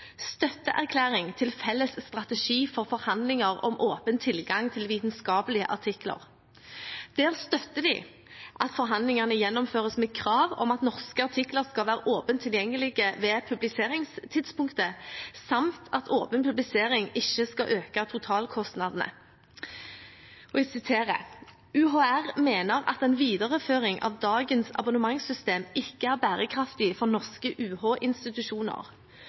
til felles strategi for forhandlinger om åpen tilgang til vitenskapelige artikler». Der støttet de at forhandlingene gjennomføres med krav om at norske artikler skal være åpent tilgjengelige ved publiseringstidspunktet, samt at åpen publisering ikke skal øke totalkostnadene. Jeg siterer: «UHR mener at en videreføring av dagens abonnementssystem ikke er bærekraftig for norske